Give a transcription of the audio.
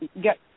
get